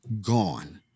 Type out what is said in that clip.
Gone